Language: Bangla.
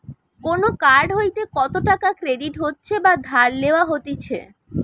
কোন কার্ড হইতে কত টাকা ক্রেডিট হচ্ছে বা ধার লেওয়া হতিছে